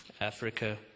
africa